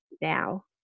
now